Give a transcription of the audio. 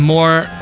more